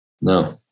No